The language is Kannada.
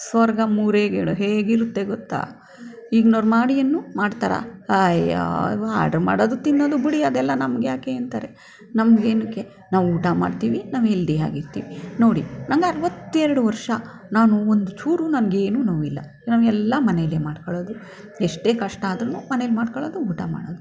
ಸ್ವರ್ಗ ಮೂರೇ ಗೇಣು ಹೇಗಿರುತ್ತೆ ಗೊತ್ತಾ ಈಗ್ನವ್ರು ಮಾಡಿಯನ್ನು ಮಾಡ್ತಾರಾ ಅಯ್ಯೋ ಅವು ಆಡ್ರ್ ಮಾಡೋದು ತಿನ್ನೋದು ಬಿಡಿ ಅದೆಲ್ಲ ನಮ್ಗೆ ಯಾಕೆ ಅಂತಾರೆ ನಮ್ಗೆ ಏನಕ್ಕೆ ನಾವು ಊಟ ಮಾಡ್ತೀವಿ ನಾವು ಹೆಲ್ದಿ ಆಗಿರ್ತೀವಿ ನೋಡಿ ನಂಗೆ ಅರವತ್ತೆರ್ಡು ವರ್ಷ ನಾನು ಒಂದು ಚೂರು ನನಗೇನೂ ನೋವಿಲ್ಲ ನಾವು ಎಲ್ಲ ಮನೇಲೆ ಮಾಡ್ಕೊಳ್ಳೋದು ಎಷ್ಟೇ ಕಷ್ಟ ಆದ್ರೂ ಮನೇಲಿ ಮಾಡ್ಕೊಳ್ಳೋದು ಊಟ ಮಾಡೋದು